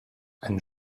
einen